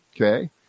Okay